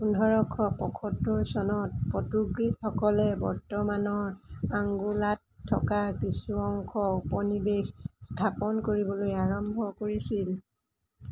পোন্ধৰশ পয়সত্তৰ চনত পৰ্তুগীজসকলে বৰ্তমানৰ আংগোলাত থকা কিছু অংশ উপনিৱেশ স্থাপন কৰিবলৈ আৰম্ভ কৰিছিল